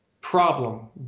problem